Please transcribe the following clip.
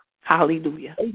Hallelujah